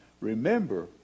remember